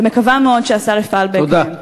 ומקווה מאוד שהשר יפעל בהקדם.